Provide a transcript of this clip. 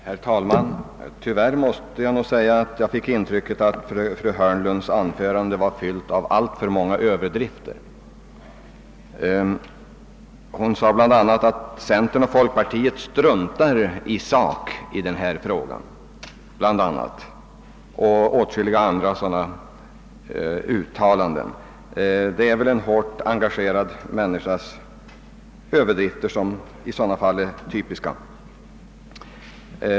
Herr talman! Tyvärr måste jag säga att jag fick intrycket att fru Hörnlunds anförande var fyllt av en mängd överdrifter. Hon sade att centern och folkpartiet i sak struntar i denna fråga, och åtskilliga andra uttalanden av liknande slag fanns i anförandet. Det är väl en hårt engagerad människas överdrifter, typiska i sådana fall.